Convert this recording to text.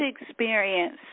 experience